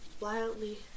wildly